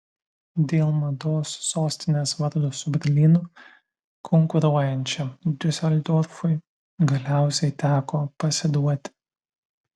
dėl mados sostinės vardo su berlynu konkuruojančiam diuseldorfui galiausiai teko pasiduoti